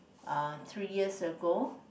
uh three years ago